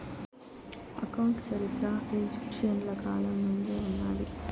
account చరిత్ర ఈజిప్షియన్ల కాలం నుండే ఉన్నాది